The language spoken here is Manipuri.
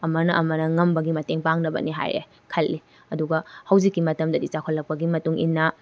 ꯑꯃꯅ ꯑꯃꯅ ꯉꯝꯕꯒꯤ ꯃꯇꯦꯡ ꯄꯥꯡꯅꯕꯅꯤ ꯍꯥꯏꯌꯦ ꯈꯜꯂꯤ ꯑꯗꯨꯒ ꯍꯧꯖꯤꯛꯀꯤ ꯃꯇꯝꯗꯗꯤ ꯆꯥꯎꯈꯠꯂꯛꯄꯒꯤ ꯃꯇꯨꯡꯏꯟꯅ